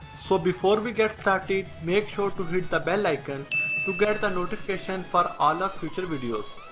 so before we get started make sure to hit the bell icon to get the notification for all of future videos.